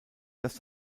dass